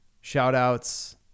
Shout-outs